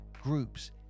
groups